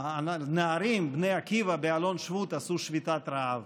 נערים, בני עקיבא באלון שבות, עשו שביתת רעב